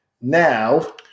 Now